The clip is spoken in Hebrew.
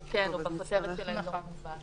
הוא כן, הוא בכותרת של האזור המוגבל.